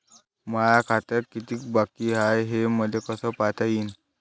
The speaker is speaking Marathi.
माया खात्यात कितीक बाकी हाय, हे मले कस पायता येईन?